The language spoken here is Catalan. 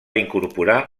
incorporar